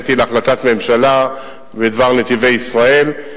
הבאתי להחלטת ממשלה בדבר "נתיבי ישראל",